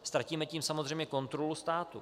Ztratíme tím samozřejmě kontrolu státu.